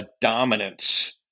dominance